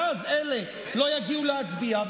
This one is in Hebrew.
ואז אלה לא יגיעו להצביע,